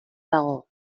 dago